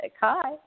Hi